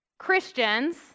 christians